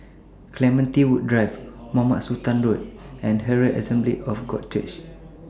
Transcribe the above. Clementi Woods Drive Mohamed Sultan Road and Herald Assembly of God Church